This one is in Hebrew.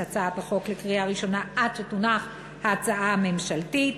הצעת החוק לקריאה ראשונה עד שתונח ההצעה הממשלתית,